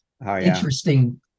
interesting